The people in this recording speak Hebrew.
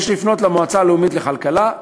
יש לפנות למועצה הלאומית לכלכלה,